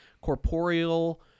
corporeal